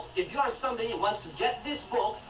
if you are somebody who wants to get this book,